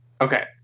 Okay